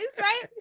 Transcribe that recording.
right